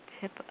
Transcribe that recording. tip